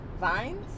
Vines